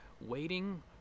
waiting